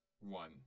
one